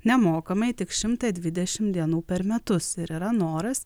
nemokamai tik šimtą dvidešimt dienų per metus ir yra noras